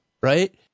Right